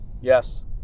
Yes